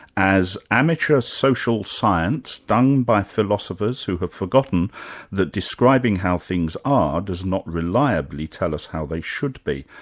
as amateur social science done by philosophers who have forgotten that describing how things are, does not reliably tell us how they should be.